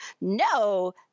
No